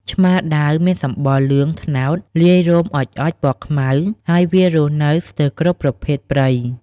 ឆ្មាដាវមានសម្បុរលឿង-ត្នោត លាយរោមអុចៗពណ៌ខ្មៅ ហើយវារស់នៅស្ទើគ្រប់ប្រភេទព្រៃ ។